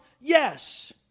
Yes